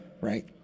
right